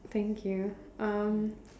thank you um